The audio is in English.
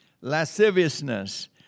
lasciviousness